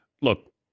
Look